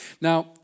Now